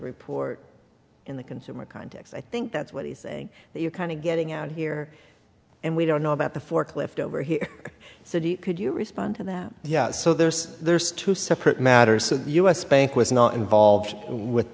report in the consumer context i think that's what he's saying that you kind of getting out here and we don't know about the forklift over here citi could you respond to that yeah so there's there's two separate matters u s bank was not involved with